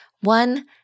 One